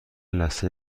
لثه